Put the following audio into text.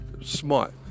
smart